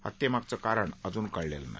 हत्येमागचं कारण अजून कळलेलं नाही